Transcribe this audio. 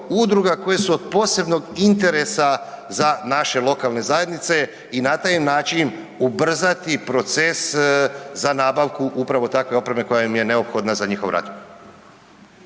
koje su od posebnog interesa za naše lokalne zajednice i na taj način ubrzati proces za nabavku upravo takve opreme koja im je neophodna za njihov rad.